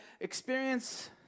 experience